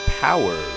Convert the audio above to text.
Power